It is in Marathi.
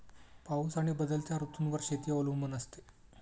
पाऊस आणि बदलत्या ऋतूंवर शेती अवलंबून असते